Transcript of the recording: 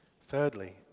Thirdly